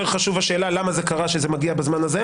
חשוב השאלה למה זה קרה שזה מגיע בזמן הזה,